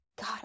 God